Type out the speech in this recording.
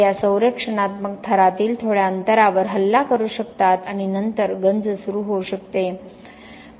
ते या संरक्षणात्मक थरातील थोड्या अंतरावर हल्ला करू शकतात आणि नंतर गंज सुरू होऊ शकतात